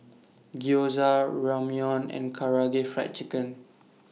Gyoza Ramyeon and Karaage Fried Chicken